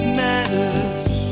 matters